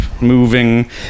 moving